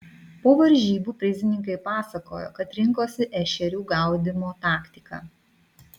po varžybų prizininkai pasakojo kad rinkosi ešerių gaudymo taktiką